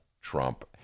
Trump